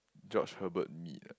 George-Hurbet meet ah